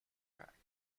crackers